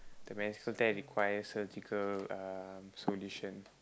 the meniscal tear requires surgical uh solution